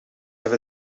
have